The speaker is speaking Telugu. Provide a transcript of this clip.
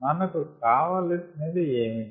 మనకు కావలసినది ఏమిటి